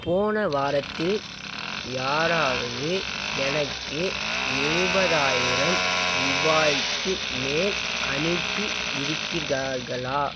போன வாரத்தில் யாராவது எனக்கு எழுபதாயிரம் ரூபாய்க்கு மேல் அனுப்பி இருக்கிர்கார்களா